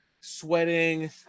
sweating